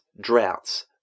droughts